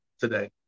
today